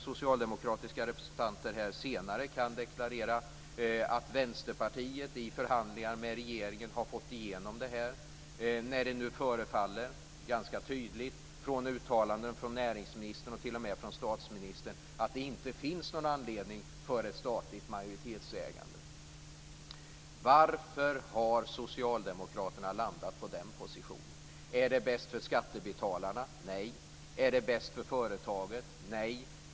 Socialdemokratiska representanter kommer kanske senare i dag att deklarera att det är Vänsterpartiet som har fått igenom det här i förhandlingar med regeringen. Det förefaller ju ganska tydligt, av näringsministerns och t.o.m. statsministerns uttalanden att döma, att det inte finns någon anledning att ha ett statligt majoritetsägande. Varför har då socialdemokraterna intagit den positionen? Är det bäst för skattebetalarna? Nej. Är det bäst för företaget? Nej.